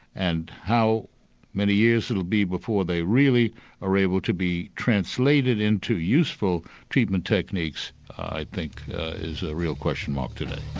and how many years it'll be before they really are able to be translated into useful treatment techniques i think is a real question mark today.